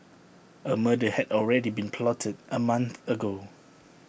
A murder had already been plotted A month ago